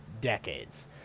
decades